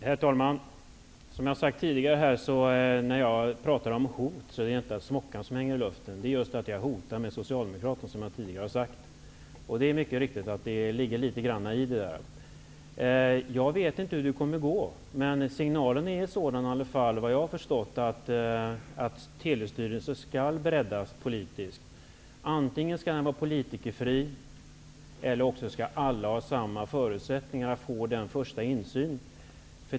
Herr talman! Som jag sagt tidigare är det inte smockan som hänger i luften när jag talat om hot. Jag har hotat med Socialdemokraterna. Det ligger litet i det. Jag vet inte hur det kommer att gå, men signalen är sådan, vad jag har förstått, att Telestyrelsen skall breddas politiskt. Antingen skall den vara politikerfri eller också skall alla ha samma förutsättningar att få den första insynen.